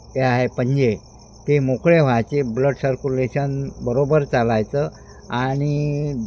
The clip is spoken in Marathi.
हे आहे पंजे ते मोकळे व्हायचे ब्लड सर्क्युलेशन बरोबर चालायचं आणि